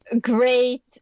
great